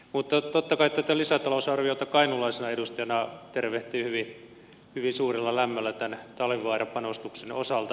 mutta totta kai tätä lisätalousarviota kainuulaisena edustajana tervehtii hyvin suurella lämmöllä tämän talvivaara panostuksen osalta